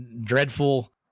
dreadful